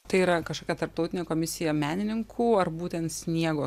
tai yra kažkokia tarptautinė komisija menininkų ar būtent sniego